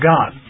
God